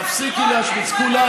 תעני על השאלה.